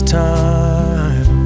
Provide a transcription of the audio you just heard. time